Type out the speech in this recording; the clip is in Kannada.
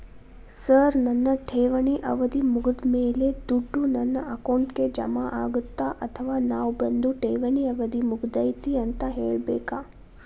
ಸರ್ ನನ್ನ ಠೇವಣಿ ಅವಧಿ ಮುಗಿದಮೇಲೆ, ದುಡ್ಡು ನನ್ನ ಅಕೌಂಟ್ಗೆ ಜಮಾ ಆಗುತ್ತ ಅಥವಾ ನಾವ್ ಬಂದು ಠೇವಣಿ ಅವಧಿ ಮುಗದೈತಿ ಅಂತ ಹೇಳಬೇಕ?